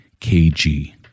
KG